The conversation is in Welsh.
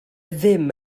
ddim